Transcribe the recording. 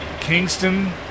Kingston